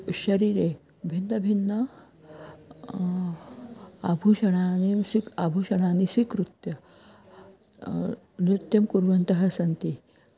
शरीरे भिन्नभिन्न आभूषणानि स्वीक् आभूषणानि स्वीकृत्य नृत्यं कुर्वन्तः सन्ति